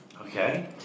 Okay